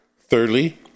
Thirdly